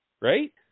Right